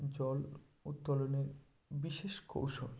জল উত্তোলনের বিশেষ কৌশল